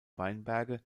weinberge